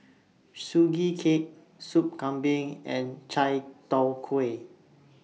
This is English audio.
Sugee Cake Sup Kambing and Chai Tow Kuay